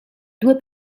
due